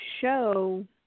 show